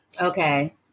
okay